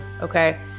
okay